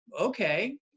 okay